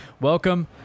welcome